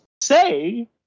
say